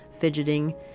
fidgeting